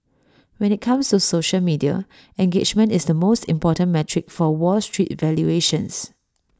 when IT comes to social media engagement is the most important metric for wall street valuations